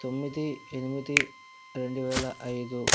తొమ్మిది ఎనిమిది రెండువేల ఐదు